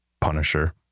Punisher